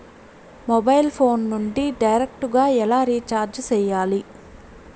mobile phone నుండి direct గా ఎలా రీచార్జి సేయాలి